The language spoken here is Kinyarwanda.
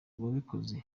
wayikoze